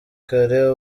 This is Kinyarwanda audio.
kare